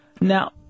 Now